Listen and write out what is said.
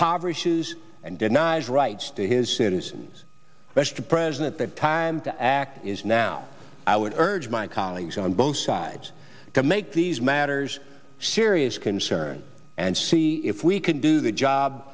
impoverished and denies rights to his citizens mr president that time to act is now i would urge my colleagues on both sides to make these matters serious concern and see if we can do the job